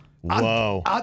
whoa